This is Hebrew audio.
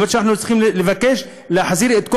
למרות שאנחנו צריכים לבקש להחזיר את כל